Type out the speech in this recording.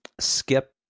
skip